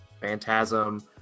phantasm